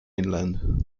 inland